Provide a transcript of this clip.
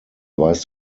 weist